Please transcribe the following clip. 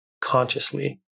consciously